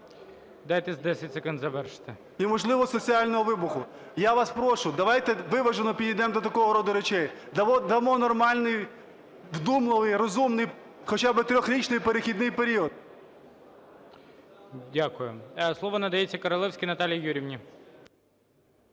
Дайте 10 секунд завершити. КНЯЗЕВИЧ Р.П. …і можливо, соціального вибуху. Я вас прошу, давайте виважено підійдемо до такого роду речей. Дамо нормальний, вдумливий, розумний хоча би 3-річний перехідний період. ГОЛОВУЮЧИЙ. Дякую. Слово надається Королевській Наталії Юріївні.